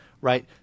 right